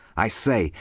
i say.